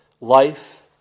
life